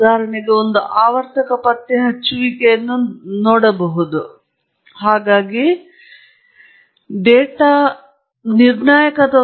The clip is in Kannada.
ಮತ್ತು ಅತಿ ಸಾಮಾನ್ಯ ಪರಿಸ್ಥಿತಿ ಆವರ್ತನದ ಪತ್ತೆಹಚ್ಚುವಿಕೆಗೆ ಬಳಸಲಾಗುವ ವಿದ್ಯುತ್ ಸ್ಪೆಕ್ಟ್ರಾಲ್ ಸಾಂದ್ರತೆಯು